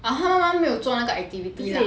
but 他妈妈没有做那个 activity lah